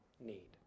need